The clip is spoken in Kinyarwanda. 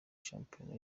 shampiyona